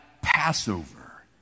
passover